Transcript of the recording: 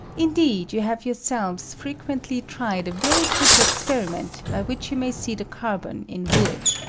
indeed, you have your selves frequently tried a very pretty experi ment, by which you may see the carbon in wood.